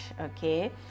okay